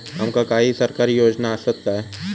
आमका काही सरकारी योजना आसत काय?